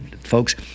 folks